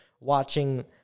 watching